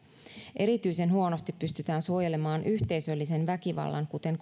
erityisen huonosti pystytään suojelemaan yhteisöllisen väkivallan kuten